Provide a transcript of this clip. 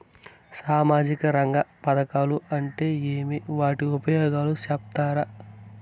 సామాజిక రంగ పథకాలు అంటే ఏమి? వాటి ఉపయోగాలు సెప్తారా?